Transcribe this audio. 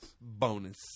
bonus